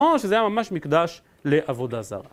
או שזה היה ממש מקדש לעבודה זרה.